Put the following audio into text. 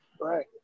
Right